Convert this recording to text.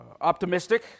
optimistic